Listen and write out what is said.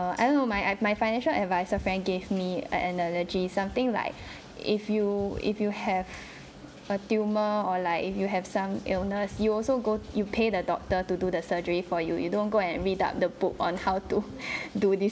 I don't know my I my financial advisor friend gave me an analogy something like if you if you have a tumor or like if you have some illness you also go you pay the doctor to do the surgery for you you don't go and read up the book on how to do this